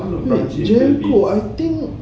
jamco I think